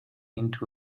into